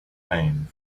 pain